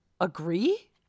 agree